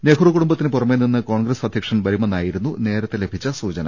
നെഹ്റു കുടുംബത്തിന് പുറമെ നിന്ന് കോൺഗ്രസ് അധ്യക്ഷൻ വരുമെന്നായിരുന്നു നേരത്തെ ലഭിച്ച സൂചന